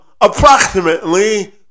approximately